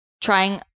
trying